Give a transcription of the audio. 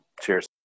cheers